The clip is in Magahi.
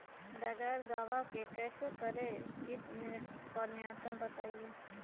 बगैर दवा के कैसे करें कीट पर नियंत्रण बताइए?